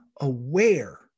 aware